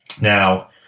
Now